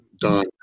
Don